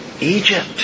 Egypt